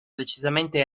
decisamente